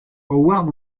howard